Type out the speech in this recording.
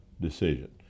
decision